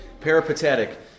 Peripatetic